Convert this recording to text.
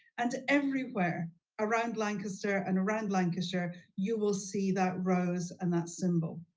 and everywhere around lancaster and around lancaster you will see that rose and that symbol.